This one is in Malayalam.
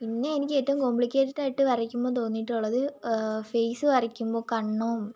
പിന്നെ എനിക്ക് ഏറ്റവും കോംപ്ലിക്കേറ്റഡ് ആയിട്ട് വരയ്ക്കുമ്പോൾ തോന്നിയിട്ടുള്ളത് ഫെയ്സ് വരയ്ക്കുമ്പോൾ കണ്ണും